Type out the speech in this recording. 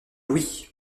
louis